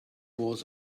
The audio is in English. was